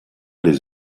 les